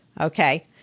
Okay